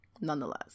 Nonetheless